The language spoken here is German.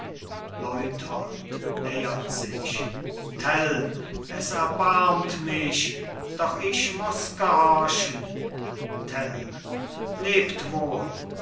nähert sich tell es erbarmt mich doch ich muss gehorchen tell lebt wohl